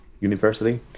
University